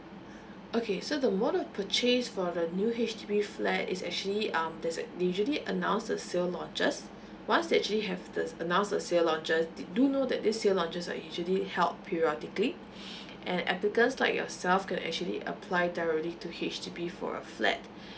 okay so the mode of purchase for the new H_D_B flat is actually um there is they usually announce the sale launches once they actually have this announce of sale launches did do know this sale launches are actually help periodically and applicants like yourself can actually apply directly to H_D_B for a flat